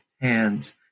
hands